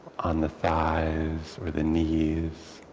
on the thighs or the knees,